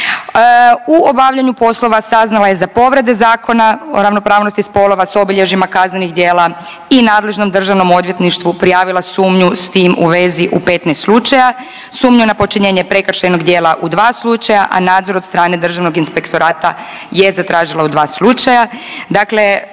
U obavljanju poslova saznala je za povrede Zakona o ravnopravnosti spolova s obilježjima kaznenih djela i nadležnom državnom odvjetništvu prijavila sumnju s tim u vezi u 15 slučaja, sumnju na počinjenje prekršajnog djela u 2 slučaja, a nadzor od strane Državnog inspektorata je zatražila u 2 slučaja,